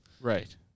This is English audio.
Right